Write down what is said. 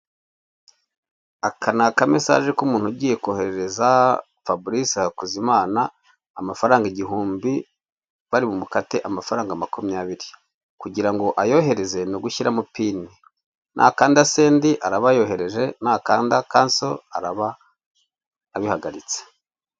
Aka ni aka mesaje k'umuntu ugiye koherereza Fabrice Hakuzimana amafaranga ibihumbi, bari bumukate amafaranga makumyabiri, kugirango ayohereze ni ugushyiramo pini. Nakanda sendi araba ayohereje, nakanda kanso araba abihagaritse.